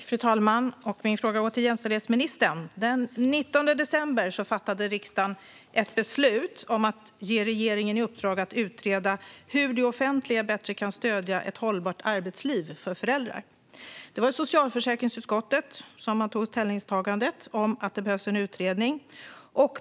Fru talman! Min fråga går till jämställdhetsministern. Den 19 december fattade riksdagen ett beslut om att ge regeringen i uppdrag att utreda hur det offentliga bättre kan stödja ett hållbart arbetsliv för föräldrar. Det var i socialförsäkringsutskottet som man gjorde ställningstagandet att det behövs en utredning.